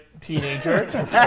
teenager